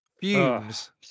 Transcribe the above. Fumes